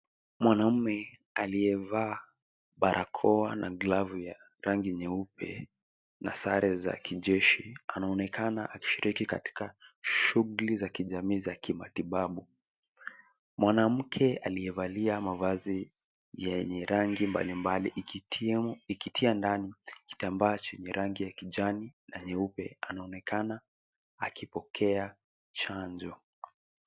Mwanaume aliyevaa barakoa na glavu ya rangi nyeupe na sare za kijeshi anaonekana akishiriki katika shughuli za kijamii za kimatibabu. Mwanamke aliyevalia mavazi yenye rangi mbali mbali ikitia ndani kitambaa chenye rangi kijani na nyeupe anaonekana akipokea chanjo.